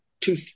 two